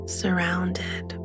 surrounded